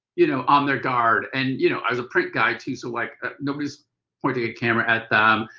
you know, on their guard. and, you know, i was a print guy too so like ah nobody's pointing a camera at them,